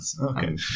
Okay